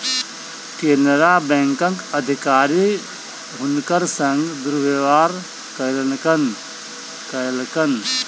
केनरा बैंकक अधिकारी हुनकर संग दुर्व्यवहार कयलकैन